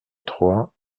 trois